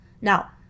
now